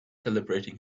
celebrating